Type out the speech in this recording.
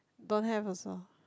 don't have also